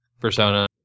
Persona